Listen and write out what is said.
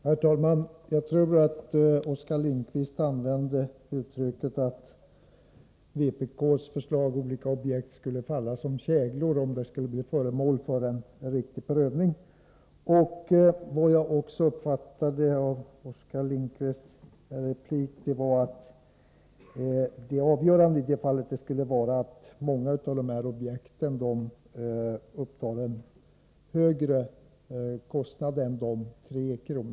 Herr talman! Jag tror att Oskar Lindkvist använde uttrycket att vpk:s förslag om olika objekt skulle falla som käglor om de skulle bli föremål för en riktig prövning. Vad jag också uppfattade av Oskar Lindkvists replik var att det avgörande i det här fallet skulle vara att många av objekten upptar en större kostnad än de 3 kr.